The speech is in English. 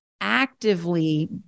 actively